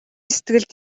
сэтгэлд